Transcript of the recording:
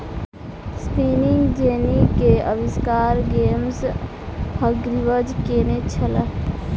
spinning jenny के आविष्कार James Hargreaves केने छला